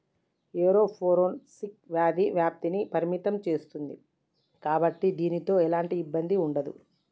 aeroponics వ్యాధి వ్యాప్తిని పరిమితం సేస్తుంది కాబట్టి దీనితో ఎలాంటి ఇబ్బంది ఉండదు